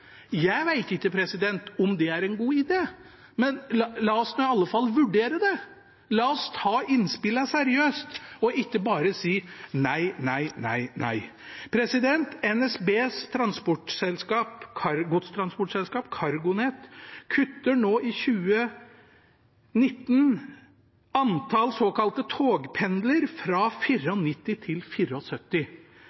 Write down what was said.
Jeg vet ikke om det er en god idé, men la oss nå i alle fall vurdere det, la oss ta innspillene seriøst og ikke bare si nei, nei, nei, nei. NSBs godstransportselskap, CargoNet, kutter nå i 2019 antallet såkalte togpendler fra